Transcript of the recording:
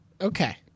Okay